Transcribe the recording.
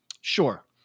Sure